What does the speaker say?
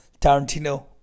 Tarantino